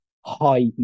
high